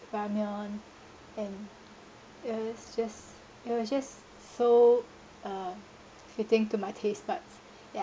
ramyeon and it was just it was just so uh fitting to my taste buds ya